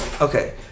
Okay